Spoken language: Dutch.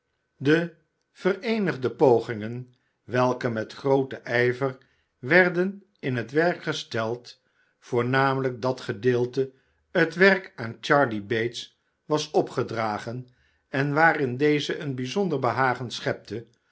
de vereenigde pogingen welke met grooten ijver werden in het werk gesteld voornamelijk dat gedeelte t welk aan charley bates was opgedragen en waarin deze een bijzonder behagen schepte